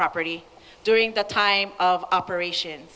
property during that time of operation